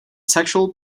sexual